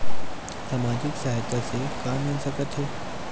सामाजिक सहायता से का मिल सकत हे?